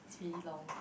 it's really long